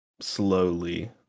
slowly